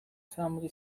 family